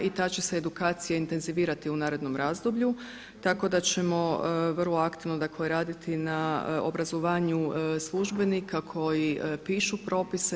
I ta će se edukacija intenzivirati u narednom razdoblju, tako da ćemo vrlo aktivno, dakle raditi na obrazovanju službenika koji pišu propise.